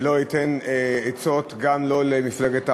ולא אתן עצות גם למפלגת העבודה,